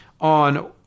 on